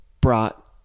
brought